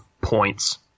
points